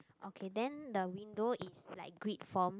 okay then the window is like grid form